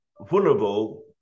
vulnerable